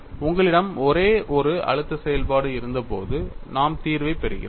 உங்களிடம் ஒரே ஒரு அழுத்த செயல்பாடு இருந்தபோது நாம் தீர்வைப் பெறுகிறோம்